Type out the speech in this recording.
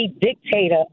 dictator